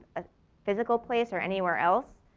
a physical place or anywhere else,